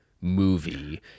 movie